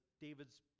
David's